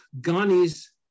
Ghani's